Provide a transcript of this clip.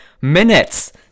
minutes